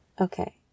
okay